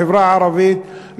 החברה הערבית,